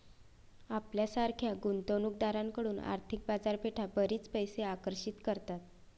आपल्यासारख्या गुंतवणूक दारांकडून आर्थिक बाजारपेठा बरीच पैसे आकर्षित करतात